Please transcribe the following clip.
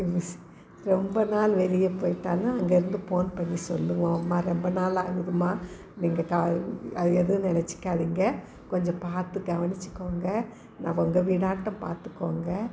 miss ரொம்ப நாள் வெளியே போயிட்டாலும் அங்கேயிருந்து ஃபோன் பண்ணி சொல்லுவோம் அம்மா ரொம்ப நாள் ஆகுதும்மா நீங்கள் தான் எதுவும் நெனச்சுக்காதீங்க கொஞ்சம் பார்த்து கவனிச்சுக்கோங்க நம்ப உங்கள் வீடாட்டம் பார்த்துக்கோங்க